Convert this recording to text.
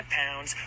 pounds